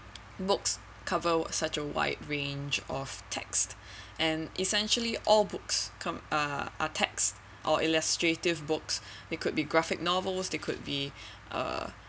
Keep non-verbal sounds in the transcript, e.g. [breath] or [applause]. books cover such a wide range of text [breath] and essentially all books come uh are text or illustrative books it could be graphic novel it could be uh